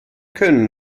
können